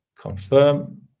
Confirm